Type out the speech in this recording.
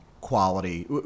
quality